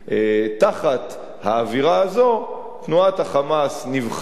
תחת האווירה הזאת תנועת ה"חמאס" נבחרה